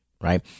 right